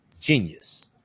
genius